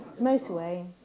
motorway